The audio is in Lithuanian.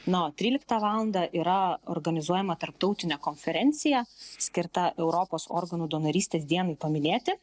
na o tryliktą valandą yra organizuojama tarptautinė konferencija skirta europos organų donorystės dienai paminėti